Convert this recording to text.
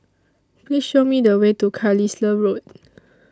Please Show Me The Way to Carlisle Road